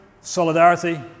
solidarity